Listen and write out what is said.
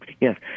Yes